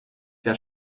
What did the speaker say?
der